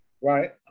right